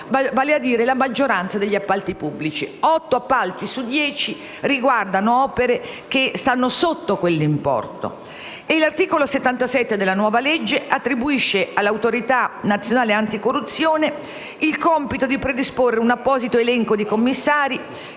vale a dire la maggioranza degli appalti pubblici (otto appalti su dieci riguardano, infatti, opere che stanno sotto quell'importo). L'articolo 77 della nuova legge attribuisce all'Autorità nazionale anticorruzione il compito di predisporre un apposito elenco di commissari